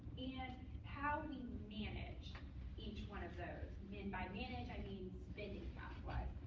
and how we manage each one of those. and by manage, i mean spending cash-wise.